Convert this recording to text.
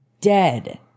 dead